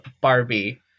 Barbie